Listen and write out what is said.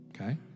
Okay